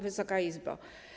Wysoka Izbo!